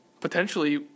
potentially